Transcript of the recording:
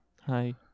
hi